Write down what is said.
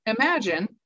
Imagine